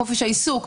חופש העיסוק,